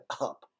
up